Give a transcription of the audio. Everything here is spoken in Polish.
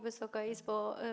Wysoka Izbo!